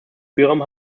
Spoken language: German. spielraum